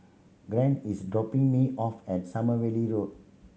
Gerard is dropping me off at Sommerville Road